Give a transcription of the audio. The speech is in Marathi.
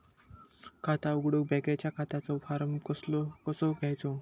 खाता उघडुक बँकेच्या खात्याचो फार्म कसो घ्यायचो?